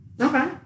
Okay